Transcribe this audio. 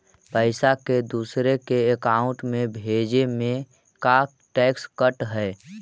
पैसा के दूसरे के अकाउंट में भेजें में का टैक्स कट है?